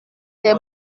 des